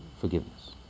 forgiveness